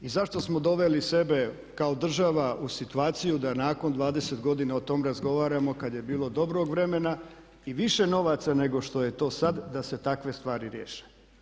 I zašto smo doveli sebe kao država u situaciju da nakon 20 godina o tom razgovaramo kad je bilo dobrog vremena i više novaca nego što je to sad da se takve stvari riješe.